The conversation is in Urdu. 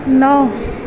نو